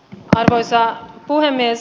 arvoisa puhemies